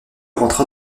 rentra